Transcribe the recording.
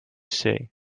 say